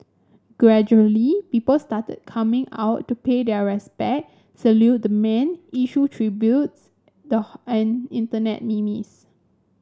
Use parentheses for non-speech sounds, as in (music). gradually people started coming out to pay their respects salute the man issue tributes the (unintelligible) and internet memes